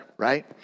Right